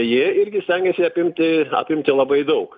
jie irgi stengiasi apimti apimtį labai daug